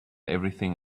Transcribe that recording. everything